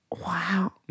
Wow